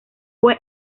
fue